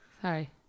Sorry